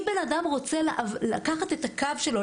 אם בן אדם רוצה לקחת את הקו שלו,